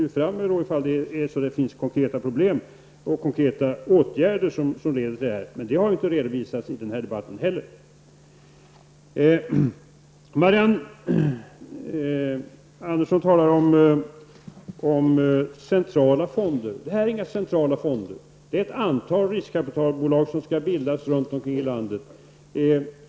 Om det finns konkreta problem och åtgärder behöver vidtas, måste ni emellertid komma fram med detta. Det har inte heller redovisats i den här debatten. Marianne Andersson i Vårgårda talar om centrala fonder. Det här är inga centrala fonder. Det är fråga om att ett antal riskkapitalbolag skall bildas runt om i landet.